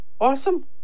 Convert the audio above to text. Awesome